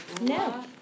No